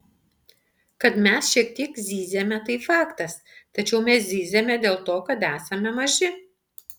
kad mes šiek tiek zyziame tai faktas tačiau mes zyziame dėl to kad esame maži